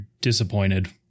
disappointed